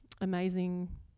amazing